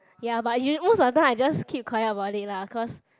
ya but usu~ most of the time I just keep quiet about it lah cause